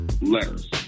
letters